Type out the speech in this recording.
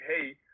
hey